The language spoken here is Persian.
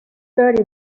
داری